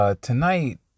Tonight